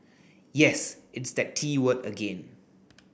yes it's that T word again